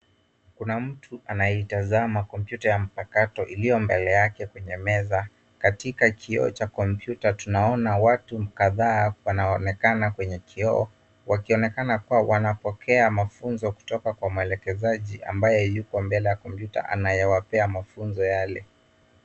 Kuna mtu anaitazama komputa ya mpakato iliyo mbele yake kwenye meza. Katika kioo cha komputa tunaona watu kadhaa wanaonekana kwenye kioo wakionekana kuwa wanapokea mafunzo kutoka kwa mwelekezaji ambaye yuko mbele ya komputa anayewapea mafunzo yale.